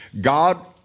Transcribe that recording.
God